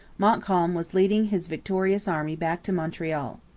montcalm was leading his victorious army back to montreal.